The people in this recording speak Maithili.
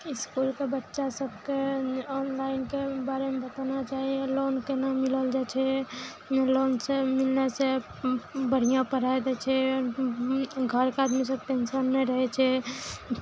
इसकुलके बच्चा सबके ऑनलाइनके बारेमे बताना चाही लोन केना मिलल जाइ छै लोनसँ मिलनासँ बढ़िआँ पढ़ाइ दै छै घरके आदमी सब टेंशन नहि रहय छै